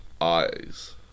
eyes